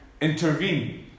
intervene